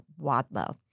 Wadlow